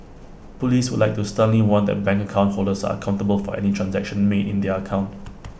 Police would like to sternly warn that bank account holders are accountable for any transaction made in their account